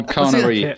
Connery